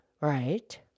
Right